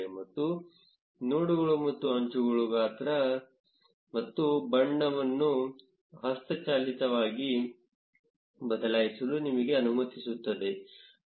ಮತ್ತು ನೋಡ್ಗಳು ಮತ್ತು ಅಂಚುಗಳ ಗಾತ್ರ ಮತ್ತು ಬಣ್ಣವನ್ನು ಹಸ್ತಚಾಲಿತವಾಗಿ ಬದಲಾಯಿಸಲು ನಿಮಗೆ ಅನುಮತಿಸುತ್ತದೆ